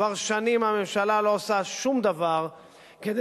כבר שנים הממשלה לא עושה שום דבר כדי